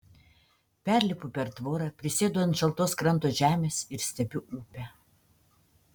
perlipu per tvorą prisėdu ant šaltos kranto žemės ir stebiu upę